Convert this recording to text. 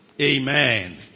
Amen